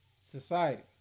society